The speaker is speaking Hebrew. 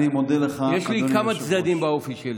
יש לי כמה צדדים באופי שלי,